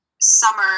summer